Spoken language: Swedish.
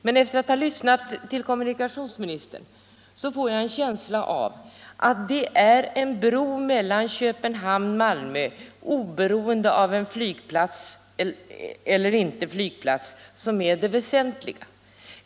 Men då jag lyssnat till kommunikationsministern fick jag en känsla av att det är en bro mellan Köpenhamn och Malmö — oberoende av om någon flygplats kommer till stånd på Saltholm eller ej — som är det väsentliga.